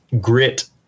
grit